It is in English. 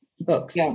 books